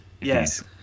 Yes